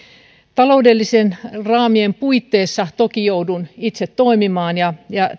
taloudellisten raamien puitteissa toki joudun itse toimimaan ja ja